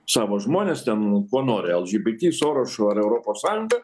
savo žmones ten ko nori el dži bi ti sorošu ar europos sąjungoj